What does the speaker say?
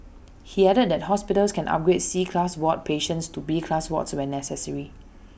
he added that hospitals can upgrade C class ward patients to B class wards when necessary